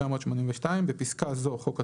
התשמ"ב-1982 (בפסקה זו - חוק התקשורת),